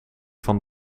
van